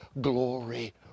glory